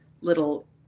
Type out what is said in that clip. little